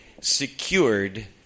Secured